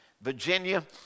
Virginia